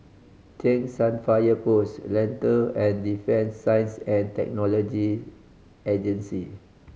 Cheng San Fire Post Lentor and Defence Science And Technology Agency